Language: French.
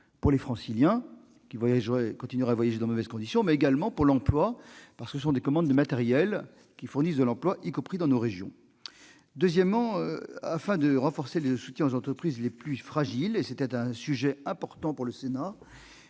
pour les Franciliens, qui continueraient de voyager dans de mauvaises conditions, mais également pour l'emploi, car les commandes de matériels sont source d'emplois, y compris dans nos régions. Deuxièmement, afin de renforcer le soutien aux entreprises les plus fragilisées- c'était important pour le Sénat